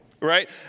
Right